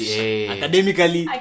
academically